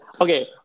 okay